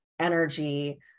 energy